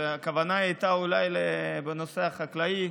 הכוונה הייתה אולי בנושא החקלאי,